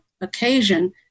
occasion